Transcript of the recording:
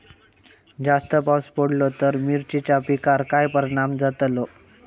जास्त पाऊस पडलो तर मिरचीच्या पिकार काय परणाम जतालो?